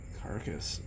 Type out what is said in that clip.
carcass